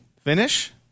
finish